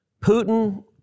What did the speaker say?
Putin